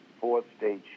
fourth-stage